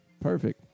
Perfect